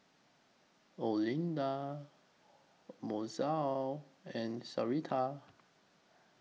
Olinda Mozelle and Sarita